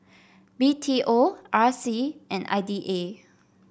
B T O R C and I D A